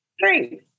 three